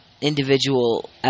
individual